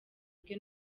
bwe